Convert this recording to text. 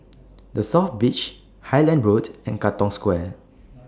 The South Beach Highland Road and Katong Square